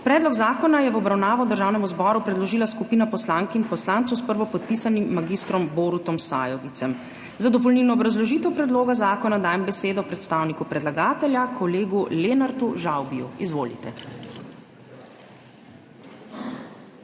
Predlog zakona je v obravnavo Državnemu zboru predložila skupina poslank in poslancev s prvopodpisanim mag. Borutom Sajovicem. Za dopolnilno obrazložitev predloga zakona dajem besedo predstavniku predlagatelja, kolegu Lenartu Žavbiju. Izvolite.